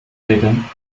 regeln